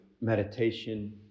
meditation